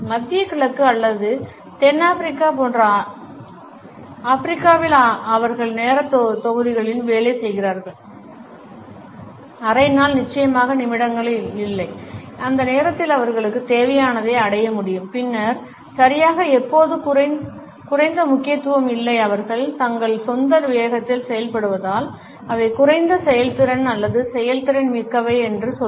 மத்திய கிழக்கு அல்லது தென் அமெரிக்கா போன்ற ஆபிரிக்காவில் அவர்கள் நேரத் தொகுதிகளில் வேலை செய்கிறார்கள் அரை நாள் நிச்சயமாக நிமிடங்களில் இல்லை அந்த நேரத்தில் அவர்களுக்குத் தேவையானதை அடைய முடியும் பின்னர் சரியாக எப்போது குறைந்த முக்கியத்துவம் இல்லை அவர்கள் தங்கள் சொந்த வேகத்தில் செயல்படுவதால் அவை குறைந்த செயல்திறன் அல்லது செயல்திறன் மிக்கவை என்று சொல்வது